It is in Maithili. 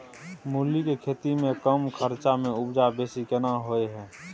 मूली के खेती में कम खर्च में उपजा बेसी केना होय है?